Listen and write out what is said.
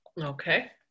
okay